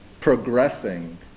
progressing